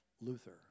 Luther